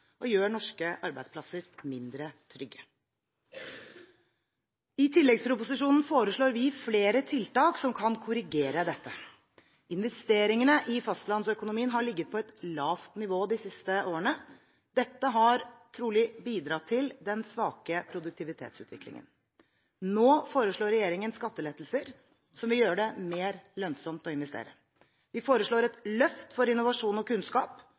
og gjør norske arbeidsplasser mindre trygge. I tilleggsproposisjonen foreslår vi flere tiltak som kan korrigere dette. Investeringene i fastlandsøkonomien har ligget på et lavt nivå de siste årene. Dette har trolig bidratt til den svake produktivitetsutviklingen. Nå foreslår regjeringen skattelettelser som vil gjøre det mer lønnsomt å investere. Vi foreslår et løft for innovasjon og kunnskap,